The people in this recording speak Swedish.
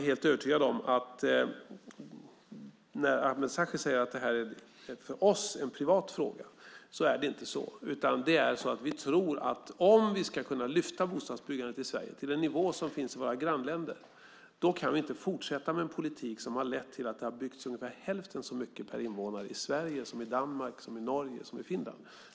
Ameer Sachet säger att det här är en privat fråga för oss, men så är det inte. Vi tror inte att vi, för att kunna lyfta bostadsbyggandet i Sverige till den nivå som finns i våra grannländer, kan fortsätta med en politik som lett till att det i Sverige har byggts ungefär hälften så mycket per invånare som det har byggts i Danmark, Norge och Finland.